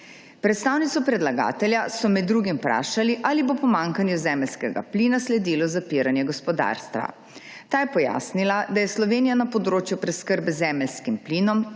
Predstavnico predlagatelja so med drugim vprašali, ali bo pomanjkanju zemeljskega plina sledilo zapiranje gospodarstva. Ta je pojasnila, da je Slovenija na področju preskrbe z zemeljskim plinom